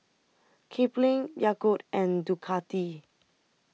Kipling Yakult and Ducati